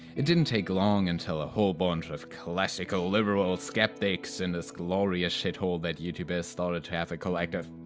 it didn't take long until a whole bunch of classical liberal skeptics in this glorious shit-hole that youtube is started to have a collective.